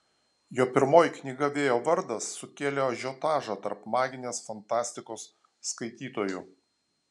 jo pirmoji knyga vėjo vardas sukėlė ažiotažą tarp maginės fantastikos skaitytojų